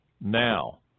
now